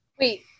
wait